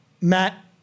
Matt